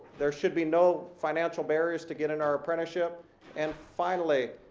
there should be no financial barriers to get in our apprenticeship and finally,